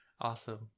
awesome